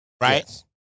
right